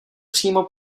přímo